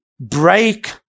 break